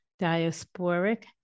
diasporic